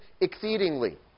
Exceedingly